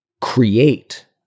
create